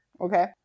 okay